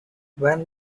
when